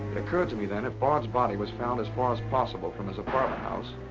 occurred to me then if bard's body was found as far as possible from his apartment house.